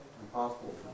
impossible